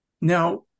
Now